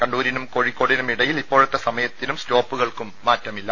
കണ്ണൂരിനും കോഴിക്കോടിനും ഇടയിൽ ഇപ്പോഴത്തെ സമയത്തിനും സ്റ്റോപ്പുകൾക്കും മാറ്റമില്ല